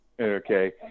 Okay